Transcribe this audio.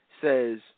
says